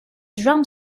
drum